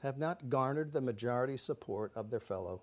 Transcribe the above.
have not garnered the majority support of their fellow